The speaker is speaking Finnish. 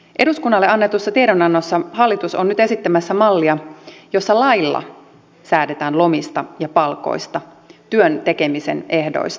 eduskunnalle annetuissa tiedonannoissa hallitus on nyt esittämässä mallia jossa lailla säädetään lomista ja palkoista työn tekemisen ehdoista